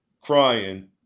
crying